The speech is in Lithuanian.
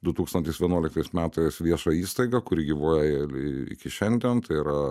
du tūkstantais vienuoliktais metais viešąją įstaigą kuri gyvuoja ir iki šiandien tai yra